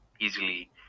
easily